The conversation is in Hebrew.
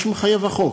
מה שמחייב החוק.